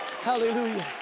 Hallelujah